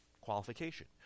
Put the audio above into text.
qualification